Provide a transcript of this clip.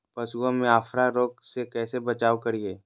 पशुओं में अफारा रोग से कैसे बचाव करिये?